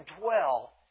dwell